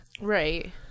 Right